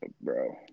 bro